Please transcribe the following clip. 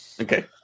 Okay